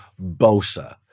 Bosa